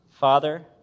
Father